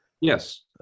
Yes